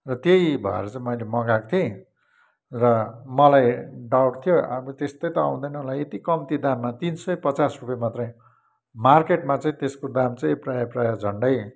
र त्यही भएर चाहिँ मैले मगाएको थिएँ र मलाई डाउट थियो अब त्यस्तै त आउँदैन होला यति कम्ती दाममा तिन सय पचास रुपियाँ मात्रै मार्केटमा चाहिँ त्यसको दाम चाहिँ प्रायः प्रायः झन्डै